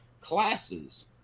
classes